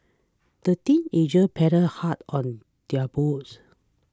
the teenagers paddled hard on their boats